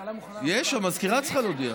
שהממשלה מוכנה, המזכירה צריכה להודיע,